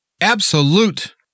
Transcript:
absolute